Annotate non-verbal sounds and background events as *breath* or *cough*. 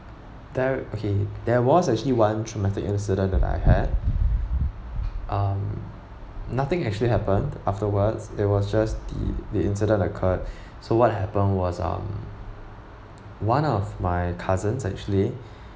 there okay there was actually one traumatic incident that I had um nothing actually happened afterwards it was just the the incident occurred *breath* so what happened was um one of my cousins actually *breath*